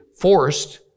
forced